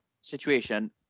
situation